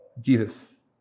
Jesus